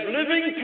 living